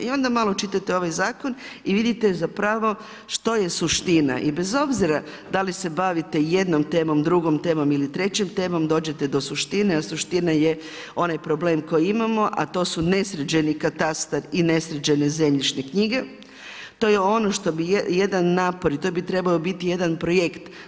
I onda malo čitate ovaj zakon i vidite što je suština i bez obzira da li se bavite jednom temom, drugom temom ili trećom temom dođete do suštine, a suština je onaj problem koji imamo, a to su nesređeni katastar i nesređene zemljišne knjige, to je ono što je bi jedan napor i to bi trebao biti jedan projekt.